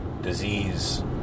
disease